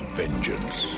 vengeance